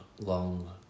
long